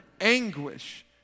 anguish